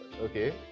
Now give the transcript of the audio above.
Okay